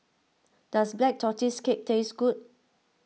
does Black Tortoise Cake taste good